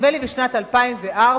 נדמה לי בשנת 2004,